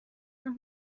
noch